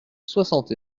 soixante